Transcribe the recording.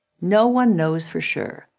no one knows for sure,